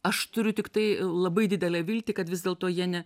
aš turiu tiktai labai didelę viltį kad vis dėlto jie ne